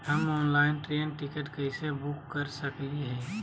हम online train ticket कैसे book कर सकली हई?